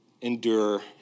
endure